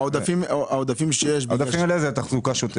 העודפים הם לתחזוקה שוטפת.